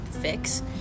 fix